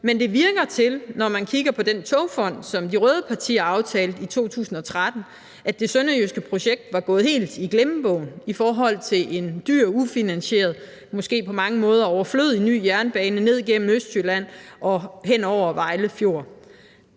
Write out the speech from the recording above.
Men det virker til, når man kigger på den togfond, som de røde partier aftalte i 2013, at det sønderjyske projekt var gået helt i glemmebogen i forhold til en dyr, ufinansieret, måske på mange måder overflødig ny jernbane ned igennem Østjylland og hen over Vejle Fjord.